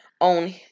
On